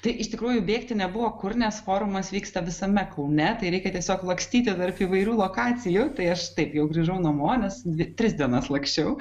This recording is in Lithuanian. tai iš tikrųjų bėgti nebuvo kur nes forumas vyksta visame kaune tai reikia tiesiog lakstyti tarp įvairių lokacijų tai aš taip jau grįžau namo nes dvi tris dienas laksčiau